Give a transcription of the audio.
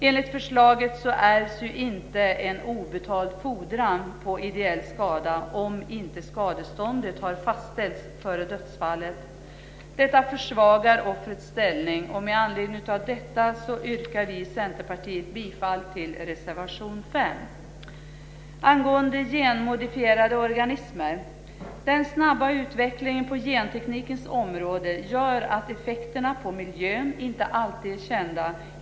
Enligt förslaget ärvs inte en obetald fordran på ideellt skadestånd om det inte har fastställts före dödsfallet. Detta försvagar offrets ställning, och därför yrkar vi i Centerpartiet bifall till reservation nr Så över till genmodifierade organismer. Den snabba utvecklingen på genteknikens område gör att effekterna på miljön inte alltid är kända.